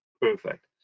perfect